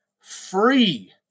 free